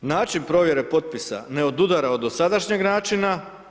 Način provjere potpisa, ne odudara od dosadašnjeg načina.